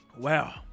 Wow